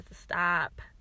stop